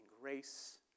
grace